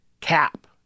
cap